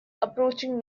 approaching